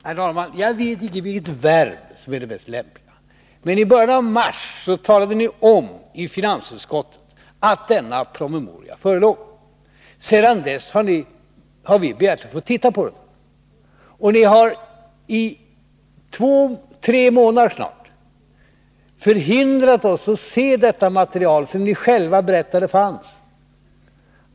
Herr talman! Jag vet inte vilket verb som är det mest lämpliga. I början av mars talade ni om i finansutskottet att denna promemoria förelåg. Sedan dess har vi begärt att få titta på den. Ni har i två, snart tre, månader hindrat oss från att — annat än i små utdrag här och där — se det material som ni själva berättade fanns.